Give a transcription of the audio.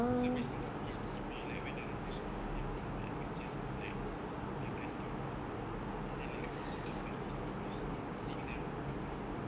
so basically me and him we like went around the school and then we took like pictures of like the and then like bascially